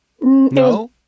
No